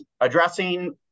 addressing